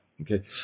Okay